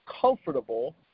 comfortable